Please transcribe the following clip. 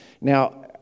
now